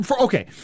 Okay